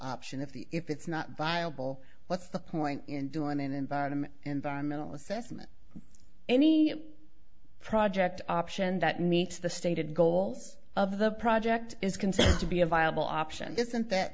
option if the if it's not viable what's the point in doing an environment environmental assessment any project option that meets the stated goals of the project is considered to be a viable option isn't that